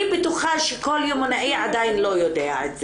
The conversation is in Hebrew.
אני בטוחה שכל יומנאי עדיין לא יודע את זה.